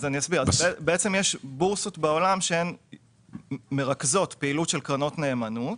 יש בורסות בעולם שמרכזות פעילות של קרנות נאמנות.